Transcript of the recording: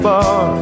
Bar